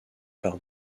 par